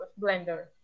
blender